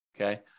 Okay